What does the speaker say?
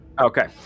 Okay